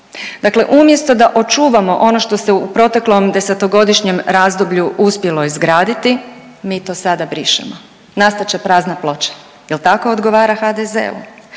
Dakle umjesto da očuvamo ono što se u proteklom desetogodišnjem razdoblju uspjelo izgraditi, mi to sada brišemo, nastat će prazna ploča jer tako odgovara HDZ-u.